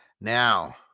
Now